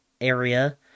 area